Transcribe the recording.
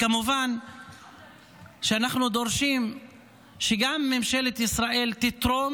כמובן שאנחנו דורשים שגם ממשלת ישראל תתרום